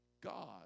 God